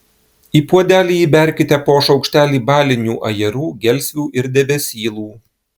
į puodelį įberkite po šaukštelį balinių ajerų gelsvių ir debesylų